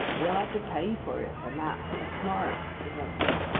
he'll have to pay for it, and that pretty smart, said runciman.